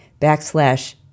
backslash